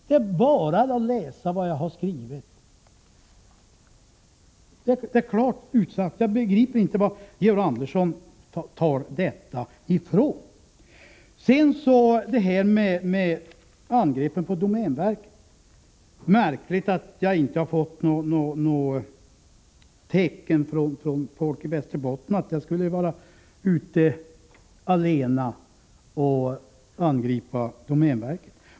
Det är bara att läsa vad jag har skrivit — det är klart utsagt. Jag begriper alltså inte vad Georg Andersson tar sitt påstående ifrån. Beträffande detta med angreppen på domänverket är det märkligt att jag inte har fått något tecken från folk i Västerbotten om att jag skulle vara ute allena och angripa domänverket.